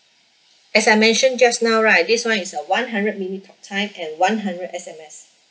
as I mentioned just now right this one is a one hundred minute talk time and one hundred S_M_S